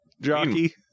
jockey